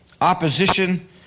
opposition